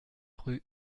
rue